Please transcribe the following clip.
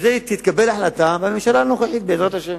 בזה תתקבל החלטה בממשלה הנוכחית, בעזרת השם.